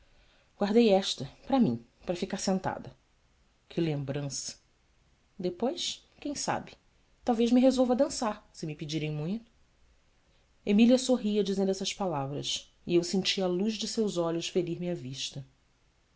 guardei esta para mim para ficar sentada ue lembrança epois uem sabe talvez me resolva a dançar se me pedirem muito emília sorria dizendo essas palavras e eu senti a luz de seus olhos ferir me a vista